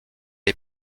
est